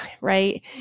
right